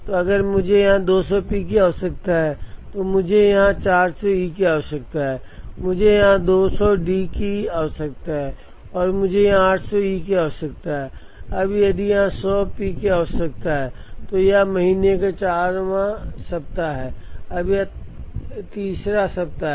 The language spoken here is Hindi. तो अगर मुझे यहाँ 200 P की आवश्यकता है तो मुझे यहाँ 400 E की आवश्यकता है मुझे यहाँ 200 D की आवश्यकता है और मुझे यहाँ 800 E की आवश्यकता है अब यदि यहाँ 100 P की आवश्यकता है तो यह महीने का 4 वां सप्ताह है यह 3 rd सप्ताह है